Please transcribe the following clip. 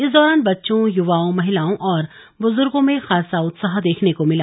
इस दौरान बच्चों युवाओं महिलाओं और बुजुर्गों में खासा उत्साह देखने को मिला